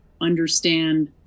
understand